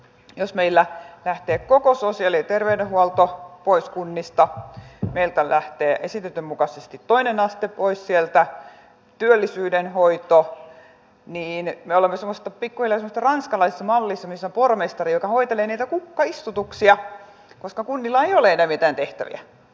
jos meillä lähtee koko sosiaali ja terveydenhuolto pois kunnista meiltä lähtee esitetyn mukaisesti toinen aste pois sieltä työllisyyden hoito niin me olemme pikkuhiljaa semmoisessa ranskalaisessa mallissa missä on pormestari joka hoitelee niitä kukkaistutuksia koska kunnilla ei ole enää mitään tehtäviä